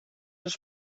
els